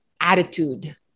attitude